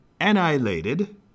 annihilated